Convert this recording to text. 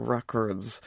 Records